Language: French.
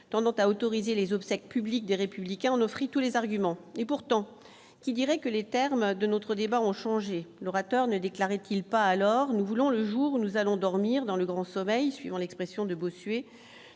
tendant à autoriser les obsèques publiques des républicains en offrit tous les arguments et pourtant qui dirait que les termes de notre débat ont changé l'orateur ne déclarait-il pas, alors nous voulons le jour où nous allons dormir dans Le Grand Sommeil, suivant l'expression de Bossuet